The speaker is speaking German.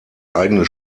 eigenes